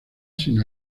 sin